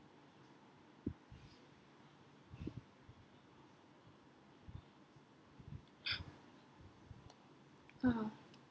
(uh huh)